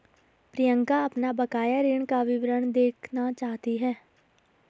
प्रियंका अपना बकाया ऋण का विवरण देखना चाहती है